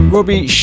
Robbie